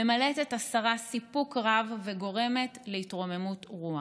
ממלאת את השרה סיפוק רב וגורמת להתרוממות רוח.